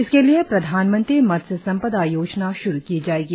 इसके लिए प्रधानमंत्री मत्स्य संपदा योजना श्रू की जाएगी